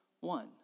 One